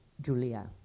Julia